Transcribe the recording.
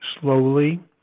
slowly